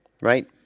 Right